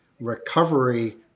recovery